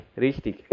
richtig